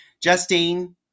Justine